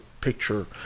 picture